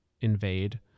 invade